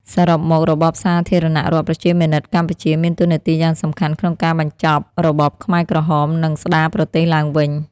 សរុបមក របបសាធារណរដ្ឋប្រជាមានិតកម្ពុជាមានតួនាទីយ៉ាងសំខាន់ក្នុងការបញ្ចប់របបខ្មែរក្រហម និងស្ដារប្រទេសឡើងវិញ។